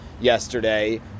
yesterday